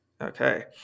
Okay